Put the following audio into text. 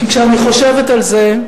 כי כשאני חושבת על זה,